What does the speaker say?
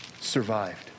survived